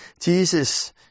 Jesus